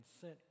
sent